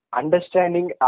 understanding